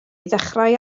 ddechrau